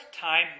time